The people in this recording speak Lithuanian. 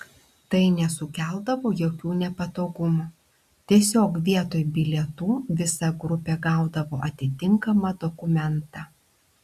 tai nesukeldavo jokių nepatogumų tiesiog vietoj bilietų visa grupė gaudavo atitinkamą dokumentą